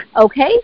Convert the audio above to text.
Okay